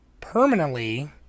permanently